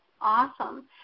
awesome